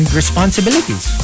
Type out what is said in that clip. responsibilities